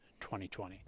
2020